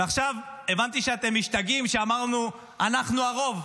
ועכשיו הבנתי שאתם משתגעים שאמרנו שאנחנו הרוב,